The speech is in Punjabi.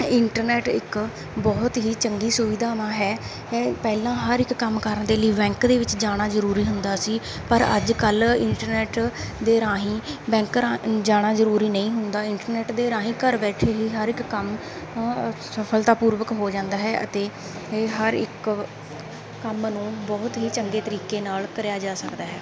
ਇੰਟਰਨੈਟ ਇੱਕ ਬਹੁਤ ਹੀ ਚੰਗੀ ਸੁਵਿਧਾ ਹੈ ਪਹਿਲਾਂ ਹਰ ਇੱਕ ਕੰਮ ਕਰਨ ਦੇ ਲਈ ਬੈਂਕ ਦੇ ਵਿੱਚ ਜਾਣਾ ਜ਼ਰੂਰੀ ਹੁੰਦਾ ਸੀ ਪਰ ਅੱਜ ਕੱਲ੍ਹ ਇੰਟਰਨੈਟ ਦੇ ਰਾਹੀਂ ਬੈਂਕ ਰਾਹੀਂ ਜਾਣਾ ਜ਼ਰੂਰੀ ਨਹੀਂ ਹੁੰਦਾ ਇੰਟਰਨੈਟ ਦੇ ਰਾਹੀਂ ਘਰ ਬੈਠੇ ਹੀ ਹਰ ਇੱਕ ਕੰਮ ਸਫਲਤਾਪੂਰਵਕ ਹੋ ਜਾਂਦਾ ਹੈ ਅਤੇ ਹਰ ਇੱਕ ਕੰਮ ਨੂੰ ਬਹੁਤ ਹੀ ਚੰਗੇ ਤਰੀਕੇ ਨਾਲ ਕਰਿਆ ਜਾ ਸਕਦਾ ਹੈ